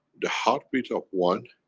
the heartbeat of one,